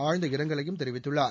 ஆழ்ந்த இரங்கலையும் தெரிவித்துள்ளார்